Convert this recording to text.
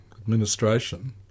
administration